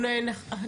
אנחנו נעשה.